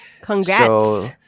Congrats